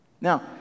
Now